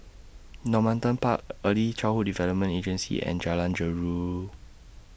Normanton Park Early Childhood Development Agency and Jalan Jeruju